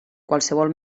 qualsevol